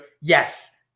yes